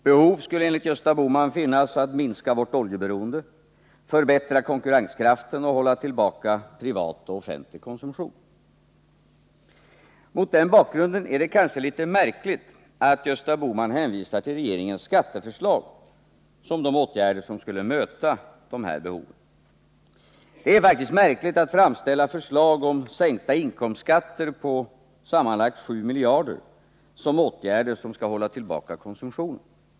Behov skulle enligt Gösta Bohman finnas att minska vårt oljeberoende, förbättra konkurrenskraften och hålla tillbaka privat och offentlig konsumtion. Mot den bakgrunden är det kanske litet märkligt att Gösta Bohman hänvisar till regeringens skatteförslag som en åtgärd som skulle möta de här behoven. Det är faktiskt märkligt att framställa förslag om en sänkning av inkomstskatterna med sammanlagt 7 miljarder som åtgärder för att hålla tillbaka konsumtionen.